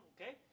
okay